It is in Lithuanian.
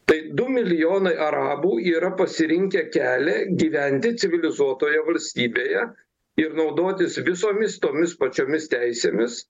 tai du milijonai arabų yra pasirinkę kelią gyventi civilizuotoje valstybėje ir naudotis visomis tomis pačiomis teisėmis